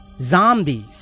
Zombies